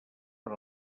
per